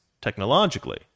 technologically